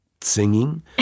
singing